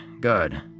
good